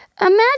Imagine